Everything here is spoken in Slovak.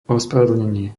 ospravedlnenie